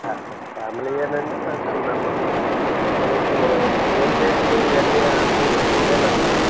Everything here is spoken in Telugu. ఫ్యామిలీయే అండి ఫైవ్ టెన్ మెంబెర్స్ ఉంటాం మళ్ళీ టో టోల్గేట్లు ఇవన్నీ అవన్నీ ఇంక్లూడ్ అంటారా